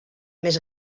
més